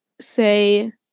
say